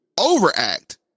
overact